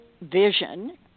vision